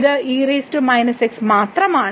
ഇത് മാത്രമാണ്